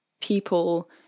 people